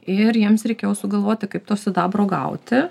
ir jiems reikėjo sugalvoti kaip to sidabro gauti